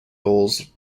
goals